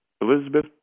Elizabeth